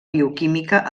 bioquímica